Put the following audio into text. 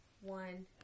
one